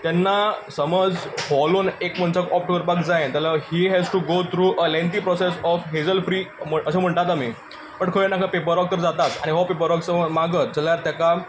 तेन्ना समज हो लोन एक मनशाक ऑप्ट करपाक जाय जाल्यार he has to go through a lengthy process of hassle free अशें म्हणटात आमी बट खंय ना खंय पेपर वर्क तर जाताच आनी हो पेपर वर्क समज मागत जाल्यार तेका